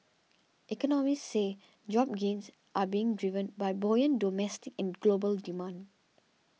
economists say job gains are being driven by buoyant domestic and global demand